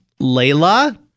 Layla